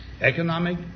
economic